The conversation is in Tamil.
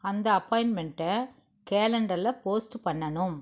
அந்த அப்பாயின்மென்ட்டை கேலண்டரில் போஸ்ட்டு பண்ணணும்